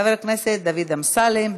חבר הכנסת דוד אמסלם.